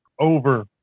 Over